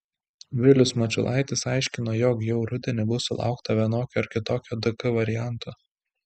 vilius mačiulaitis aiškino jog jau rudenį bus sulaukta vienokio ar kitokio dk varianto